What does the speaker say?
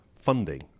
funding